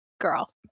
girl